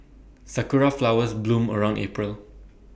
Sakura Flowers bloom around April